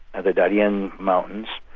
at the darien mountains,